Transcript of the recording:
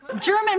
German